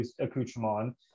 accoutrement